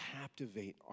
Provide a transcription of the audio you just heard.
captivate